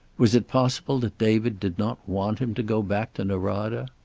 was it possible that david did not want him to go back to norada?